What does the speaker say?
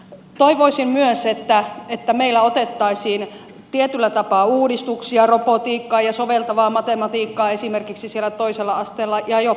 toivoisin myös että meillä otettaisiin tietyllä tapaa uudistuksia robotiikkaa ja soveltavaa matematiikkaa esimerkiksi siellä toisella asteella ja jo peruskoulussa